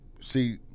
see